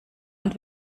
und